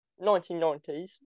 1990s